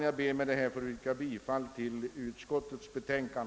Jag ber med detta att få yrka bifall till bevillningsutskottets hemställan.